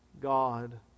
God